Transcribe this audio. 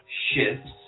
shifts